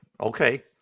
okay